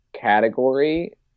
category